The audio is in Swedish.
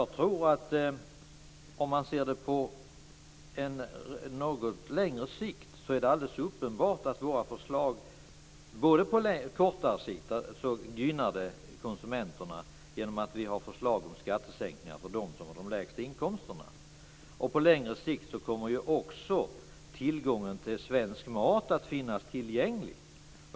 Om man ser det både på kortare sikt och på något längre sikt är det uppenbart att våra förslag gynnar konsumenterna genom att vi har förslag om skattesänkningar för dem som har de lägsta inkomsterna. På längre sikt kommer också svensk mat att finnas tillgänglig.